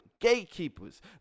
gatekeepers